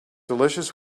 delicious